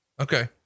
Okay